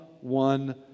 one